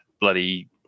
bloody